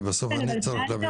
כי בסוף אני צריך --- כן,